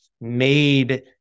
made